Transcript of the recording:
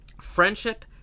Friendship